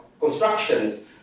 constructions